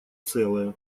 целое